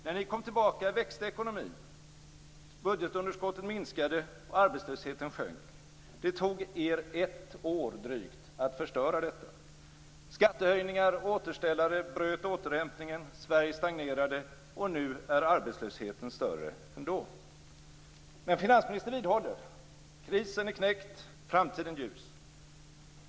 När vi kom tillbaka växte ekonomin. Budgetunderskottet minskade och arbetslösheten sjönk. Det tog er drygt ett år att förstöra detta. Skattehöjningar och återställare bröt återhämtningen, Sverige stagnerade och nu är arbetslösheten ännu större. Men finansministern vidhåller att krisen är knäckt och framtiden ljus.